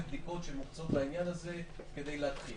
בדיקות שמוקצות לעניין הזה כדי להתחיל.